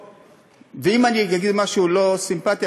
ואם אני אגיד משהו לא סימפטי,